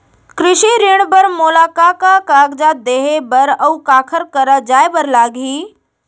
कृषि ऋण बर मोला का का कागजात देहे बर, अऊ काखर करा जाए बर लागही?